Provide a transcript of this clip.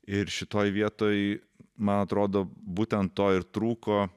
ir šitoje vietoj man atrodo būtent to ir trūko